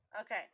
okay